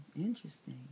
Interesting